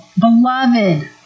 beloved